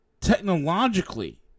technologically